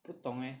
不懂 leh